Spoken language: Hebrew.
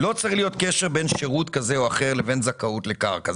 בין שירות כזה או אחר לבין זכאות לקרקע.